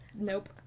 Nope